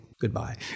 goodbye